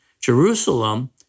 Jerusalem